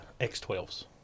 X12s